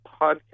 podcast